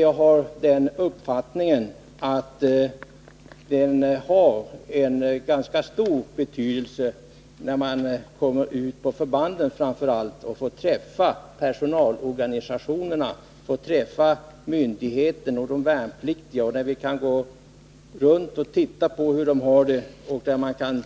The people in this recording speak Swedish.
Jag har den uppfattningen att det är av ganska stor betydelse att nämnden kommer ut på förbanden och får träffa representanter för framför allt personalorganisationerna, myndigheten och de värnpliktiga. Man kan då gå runt och titta på hur de värnpliktiga har det och